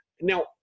Now